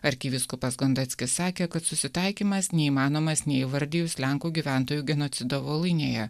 arkivyskupas gondeckis sakė kad susitaikymas neįmanomas neįvardijus lenkų gyventojų genocido voluinėje